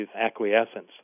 acquiescence